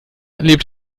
lebt